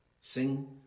Sing